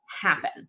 happen